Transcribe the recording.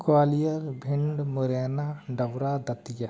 Gwalior Bhind Morena Dabra Datia